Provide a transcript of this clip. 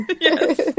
Yes